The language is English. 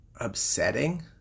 upsetting